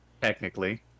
Technically